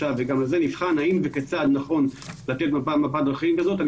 ונבחן האם האם וכיצד לתת מפת דרכים כזאת.